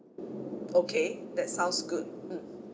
okay that sounds good mm